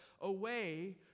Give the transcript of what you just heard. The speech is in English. away